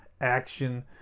action